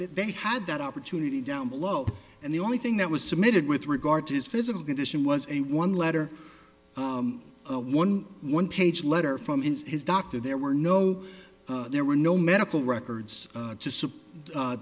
they had that opportunity down below and the only thing that was submitted with regard to his physical condition was a one letter one one page letter from in his doctor there were no there were no medical records